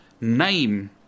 name